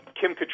Kim